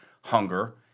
hunger